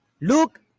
Look